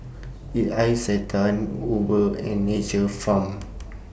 did Isetan Uber and Nature's Farm